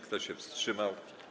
Kto się wstrzymał?